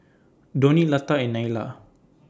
Dhoni Lata and Neila